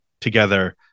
together